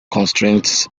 constraints